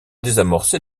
désamorcer